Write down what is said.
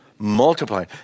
multiply